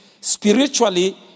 spiritually